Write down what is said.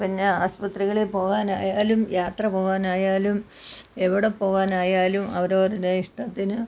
പിന്നെ ആസ്പത്രികളിൽ പോവാനായാലും യാത്ര പോവാനായാലും എവിടെ പോവാനായാലും അവരവരുടെ ഇഷ്ടത്തിന്